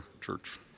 church